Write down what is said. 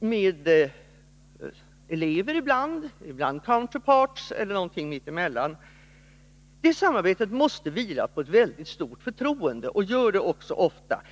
med elever ibland, med ”counterparts” ibland, eller någonting mittemellan. Detta samarbete måste vila på ett mycket stort förtroende, och gör det också ofta.